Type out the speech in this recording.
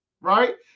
right